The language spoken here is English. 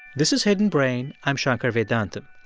this is hidden brain. i'm shankar vedantam.